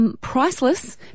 priceless